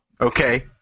Okay